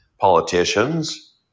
politicians